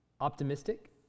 Optimistic